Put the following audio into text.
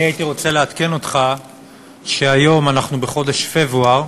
אני הייתי רוצה לעדכן אותך שהיום אנחנו בחודש פברואר,